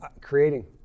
Creating